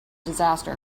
disaster